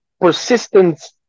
persistence